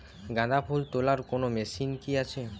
গাঁদাফুল তোলার কোন মেশিন কি আছে?